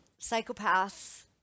psychopaths